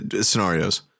scenarios